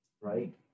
right